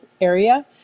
area